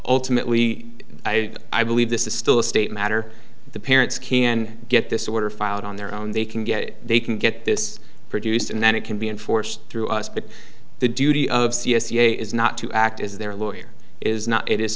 ultimately i i believe this is still a state matter the parents can get this order filed on their own they can get it they can get this produced and then it can be enforced through us but the duty of c s e is not to act is their lawyer is not it is